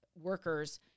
workers